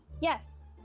yes